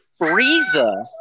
Frieza